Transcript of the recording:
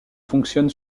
fonctionne